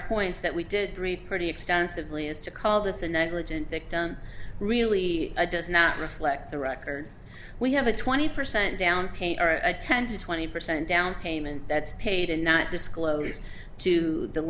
points that we did agree pretty extensively is to call this a negligent victim really does not reflect the record we have a twenty percent down or a ten to twenty percent down payment that's paid and not disclosed to the